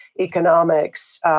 economics